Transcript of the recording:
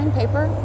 paper